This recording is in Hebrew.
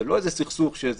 זה לא סכסוך רגשי,